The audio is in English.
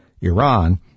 Iran